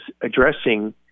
addressing